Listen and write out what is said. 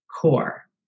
core